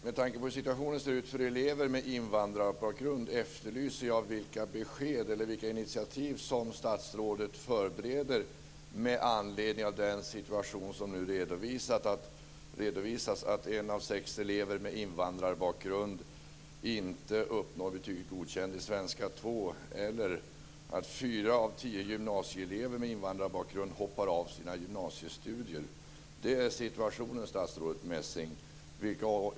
Med tanke på hur situationen ser ut för elever med invandrarbakgrund undrar jag vilka initiativ som statsrådet förbereder med anledning av den situation som nu har redovisats, att en av sex elever med invandrarbakgrund inte uppnår betyget Godkänd i svenska 2 eller att fyra av tio gymnasieelever med invandrarbakgrund hoppar av sina gymnasiestudier. Sådan är situationen, statsrådet Messing.